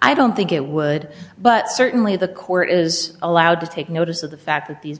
i don't think it would but certainly the court is allowed to take notice of the fact that these